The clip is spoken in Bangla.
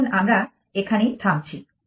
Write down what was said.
এখন আমরা এখানেই থামছি